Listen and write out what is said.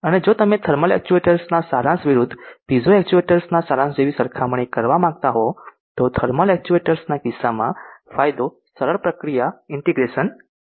અને જો તમે થર્મલ એક્ચ્યુએટર્સ ના સારાંશ વિરુદ્ધ પિઝો એક્ચ્યુએટર્સ ના સારાંશ જેવી સરખામણી કરવા માંગતા હો તો થર્મલ એક્ચ્યુએટર્સ ના કિસ્સામાં ફાયદો સરળ પ્રક્રિયા ઇન્ટીગ્રેશન છે